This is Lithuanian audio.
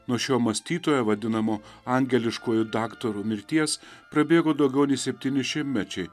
nuo šio mąstytojo vadinamo angeliškuoju daktaru mirties prabėgo daugiau nei septyni šimtmečiai